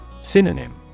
Synonym